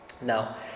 Now